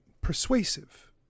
persuasive